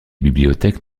bibliothèques